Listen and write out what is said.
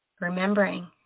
Remembering